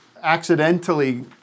accidentally